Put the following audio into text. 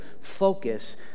focus